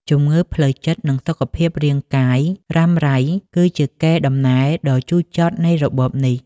ជំងឺផ្លូវចិត្ត និងបញ្ហាសុខភាពរាងកាយរ៉ាំរ៉ៃ គឺជាកេរដំណែលដ៏ជូរចត់នៃរបបនេះ។